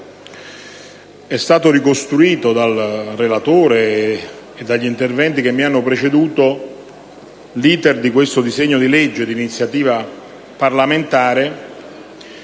è stato ricostruito, dal relatore e dagli interventi che mi hanno preceduto, l'*iter* di questo disegno di legge d'iniziativa parlamentare,